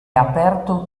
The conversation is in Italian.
aperto